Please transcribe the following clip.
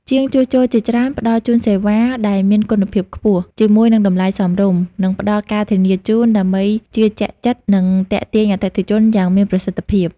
ជាងជួសជុលជាច្រើនផ្ដល់ជូនសេវាដែលមានគុណភាពខ្ពស់ ជាមួយនឹងតម្លៃសមរម្យ និងផ្តល់ការធានាជូន ដើម្បីជឿជាក់ចិត្ត និងទាក់ទាញអតិថិជនយ៉ាងមានប្រសិទ្ធិភាព។